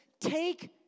take